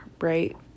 right